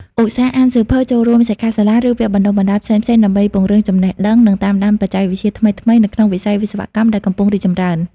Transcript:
ឧស្សាហ៍ អានសៀវភៅ ចូលរួមសិក្ខាសាលា ឬវគ្គបណ្តុះបណ្តាល ផ្សេងៗ ដើម្បី ពង្រឹងចំណេះដឹង និង តាមដានបច្ចេកវិទ្យាថ្មីៗ នៅក្នុងវិស័យវិស្វកម្មដែលកំពុងរីកចម្រើន។